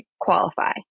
qualify